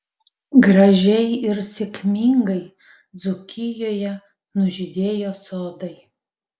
gražiai ir sėkmingai dzūkijoje nužydėjo sodai